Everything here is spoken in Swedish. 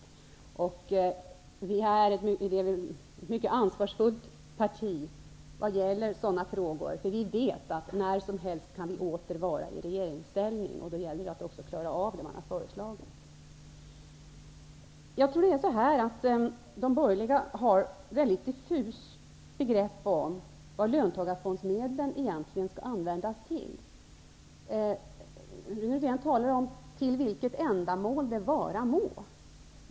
Socialdemokraterna är ett mycket ansvarsfullt parti vad gäller sådana frågor, för vi vet att när som helst kan vi åter vara i regeringsställning, och då gäller det att också klara av det man har föreslagit. Jag tror att de borgerliga har väldigt diffusa begrepp om vad löntagarfondsmedlen egentligen skall användas till. Rune Rydén talar om ''till vilket ändamål det vara må''.